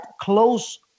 close